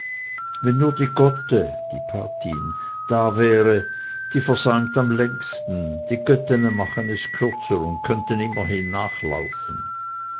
wenn nur die gotte patin da wäre die versäumt am längsten die göttene machen es kürzer und könnten immerhin nachlaufen